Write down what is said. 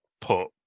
put